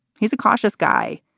he's a cautious guy.